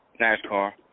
NASCAR